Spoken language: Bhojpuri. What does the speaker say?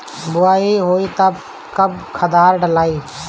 बोआई होई तब कब खादार डालाई?